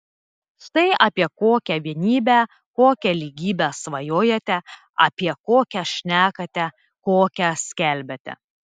štai apie kokią vienybę kokią lygybę svajojate apie kokią šnekate kokią skelbiate